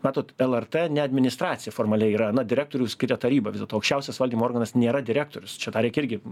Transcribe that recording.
matot lrt ne administracija formaliai yra na direktorių skiria taryba aukščiausias valdymo organas nėra direktorius čia dar reikia irgi